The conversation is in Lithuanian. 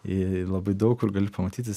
ir labai daug kur gali pamatyti